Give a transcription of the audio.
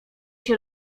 się